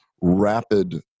rapid